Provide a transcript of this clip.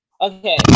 Okay